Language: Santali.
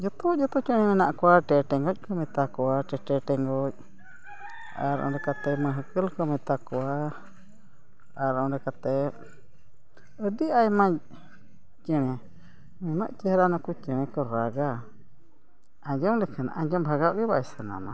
ᱡᱚᱛᱚ ᱡᱚᱛᱚ ᱪᱮᱬᱮ ᱢᱮᱱᱟᱜ ᱠᱚᱣᱟ ᱴᱮ ᱴᱮᱸᱜᱮᱪ ᱠᱚ ᱢᱮᱛᱟ ᱠᱚᱣᱟ ᱴᱤᱴᱤ ᱴᱮᱸᱜᱚᱪ ᱟᱨ ᱚᱱᱟ ᱞᱮᱠᱟᱛᱮ ᱢᱟᱹᱠᱟᱹᱞ ᱠᱚ ᱢᱮᱛᱟ ᱠᱚᱣᱟ ᱟᱨ ᱚᱱᱟ ᱠᱟᱛᱮᱫ ᱟᱹᱰᱤ ᱟᱭᱢᱟ ᱪᱮᱬᱮ ᱱᱩᱱᱟᱹᱜ ᱪᱮᱦᱨᱟ ᱱᱩᱠᱚ ᱪᱮᱬᱮ ᱠᱚ ᱨᱟᱜᱟ ᱟᱸᱡᱚᱢ ᱞᱮᱠᱷᱟᱱ ᱟᱸᱡᱚᱢ ᱵᱷᱟᱜᱟᱜ ᱜᱮ ᱵᱟᱝ ᱥᱟᱱᱟᱢᱟ